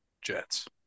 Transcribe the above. Jets